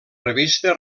revista